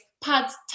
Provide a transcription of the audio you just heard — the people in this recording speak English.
pads